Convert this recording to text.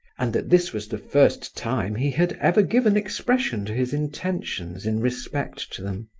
and that this was the first time he had ever given expression to his intentions in respect to them.